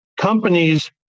Companies